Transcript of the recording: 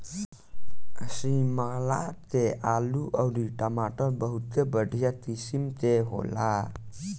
शिमला के आलू अउरी टमाटर बहुते बढ़िया किसिम के होला